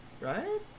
right